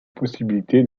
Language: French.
possibilité